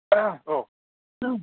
औ औ